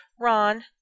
Ron